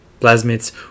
plasmids